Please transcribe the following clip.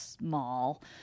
mall